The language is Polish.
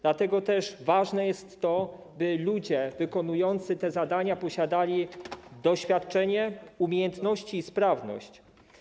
Dlatego też ważne jest to, by ludzie wykonujący te zadania posiadali doświadczenie, umiejętności i sprawność.